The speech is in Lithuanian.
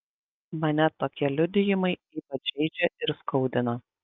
mane tokie liudijimai ypač žeidžia ir skaudina